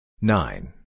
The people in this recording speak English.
Nine